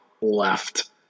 left